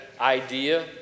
idea